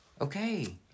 Okay